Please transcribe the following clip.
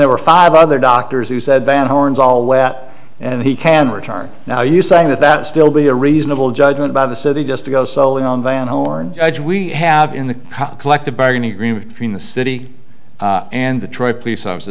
there were five other doctors who said van horn's all wet and he can return now you saying that that still be a reasonable judgment by the city just to go solely on van horn edge we have in the collective bargaining agreement between the city and the troy police officers